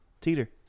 teeter